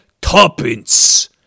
tuppence